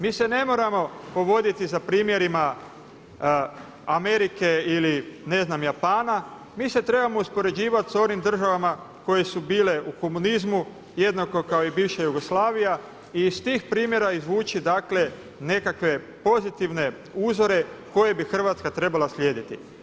Mi se ne moramo povoditi za primjerima Amerike ili ne znam Japana, mi se trebamo uspoređivati s onim državama koje su bile u komunizmu jednako kao i bivša Jugoslavija i iz tih primjera izvući nekakve pozitivne uzore koje bi Hrvatska trebala slijediti.